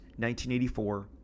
1984